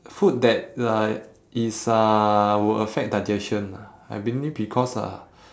food that like is uh will affect digestion ah I believe because uh